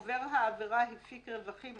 עובר העבירה הפיק רווחים,